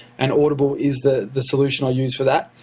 and audible is the the solution i use for that.